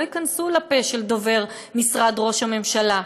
לא יכנסו לפה של דובר משרד ראש הממשלה,